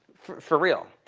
for real,